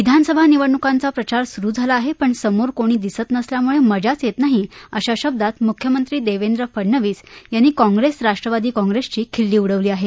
विधानसभा निवडणुकांचा प्रचार सुरु झाला आहे पण समोर कोणी दिसत नसल्यामुळे मजाच येत नाही अशा शब्दात मुख्यमंत्री देवेंद्र फडणवीस यांनी काँप्रेस राष्ट्रवादी काँप्रेसची खिल्ली उडवली आहे